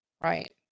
Right